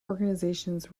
organizations